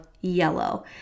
yellow